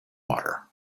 water